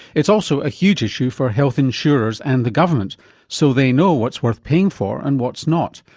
it's also a huge issue for health insurers and the government so they know what's worth paying for and what's not.